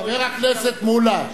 חבר הכנסת מולה,